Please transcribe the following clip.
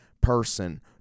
person